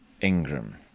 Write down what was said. Ingram